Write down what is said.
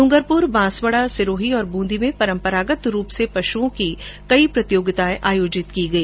डूंगरपुर बांसवाडा सिरोही और बूंदी में परम्परागत रूप से पशुओं की कई प्रतियोगिताये आयोजित की गई